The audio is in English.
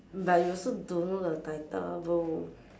but you also don't know the title bro